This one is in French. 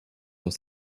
dans